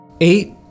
Eight